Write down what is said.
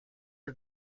are